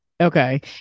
Okay